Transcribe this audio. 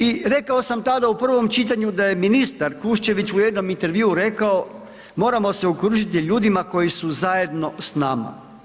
I rekao sam tada u prvom čitanju da je ministar Kuščević u jednom intervjuu rekao moramo se okružiti ljudima koji su zajedno s nama.